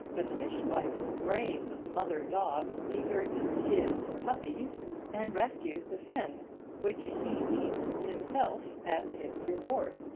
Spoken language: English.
the fishwife's brave mother-dog deserts his puppies and rescues the fin which he eats, himself, as his reward.